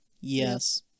Yes